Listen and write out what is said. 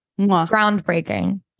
Groundbreaking